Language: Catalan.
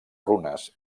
runes